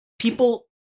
People